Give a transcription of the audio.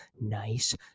nice